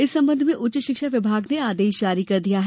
इस संबंध में उच्च शिक्षा विमाग ने आदेश जारी कर दिया है